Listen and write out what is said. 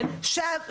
כן, אין בעיה.